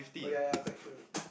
oh ya ya quite true